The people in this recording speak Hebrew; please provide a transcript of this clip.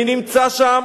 אני נמצא שם,